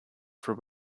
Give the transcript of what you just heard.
for